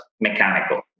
mechanical